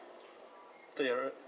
I thought your r~